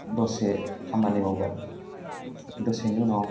दसे खामानि मावबाय दसेनि उनाव